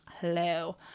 hello